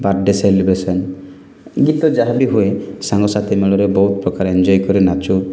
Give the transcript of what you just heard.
birthday celebration ଯାହାବି ହୁଏ ସାଙ୍ଗସାଥି ମେଳରେ ବହୁତ ପ୍ରକାର ଏନ୍ଜୟ କରି ନାଚୁ